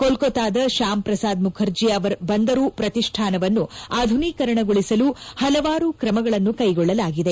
ಕೋಲ್ಕತ್ತಾದ ಶ್ಯಾಮ್ ಪ್ರಸಾದ್ ಮುಖರ್ಜಿ ಬಂದರು ಪ್ರತಿಷ್ಣಾನವನ್ನು ಆಧುನೀಕರಣಗೊಳಿಸಲು ಹಲವಾರು ಕ್ರಮಗಳನ್ನು ಕೈಗೊಳ್ಳಲಾಗಿದೆ